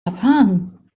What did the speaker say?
erfahren